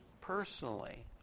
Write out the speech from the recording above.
personally